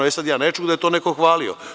E, sad ja ne čuh da je to neko hvalio.